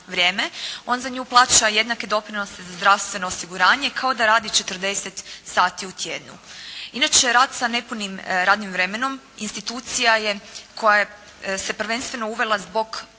on za nju plaća jednake doprinose za zdravstveno osiguranje, kao da radi 40 sati u tjednu. Inače rad sa nepunim radnim vremenom institucija je koja se prvenstveno uvela zbog